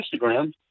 Instagram